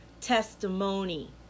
testimony